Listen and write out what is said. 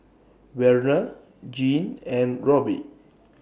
Werner Jean and Robbie